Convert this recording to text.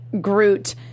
Groot